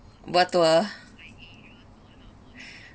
what tour